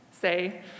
Say